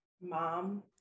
mom